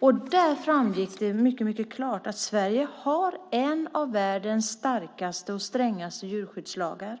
och där framgick det mycket klart att Sverige har en av världens starkaste och strängaste djurskyddslagar.